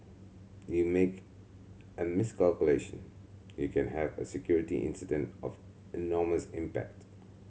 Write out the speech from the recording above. you make a miscalculation you can have a security incident of enormous impact